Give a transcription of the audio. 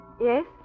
Yes